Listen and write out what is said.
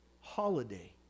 holiday